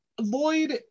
Lloyd